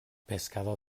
pescador